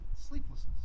Sleeplessness